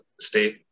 stay